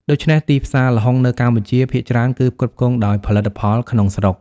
ដូច្នេះ ទីផ្សារល្ហុងនៅកម្ពុជាភាគច្រើនគឺផ្គត់ផ្គង់ដោយផលិតផលក្នុងស្រុក។